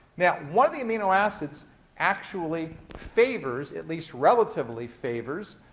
now, one of the amino acids actually favors, at least relatively favors,